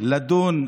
תודה רבה.